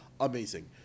amazing